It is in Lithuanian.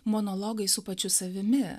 monologai su pačiu savimi